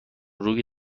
روی